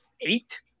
eight